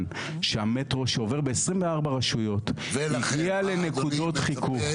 שהמטרו שעובר ב-24 רשויות הגיע לנקודות חיכוך.